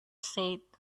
said